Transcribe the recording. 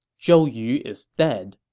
zhou yu is dead.